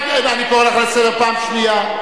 אני קורא אותך לסדר פעם שנייה.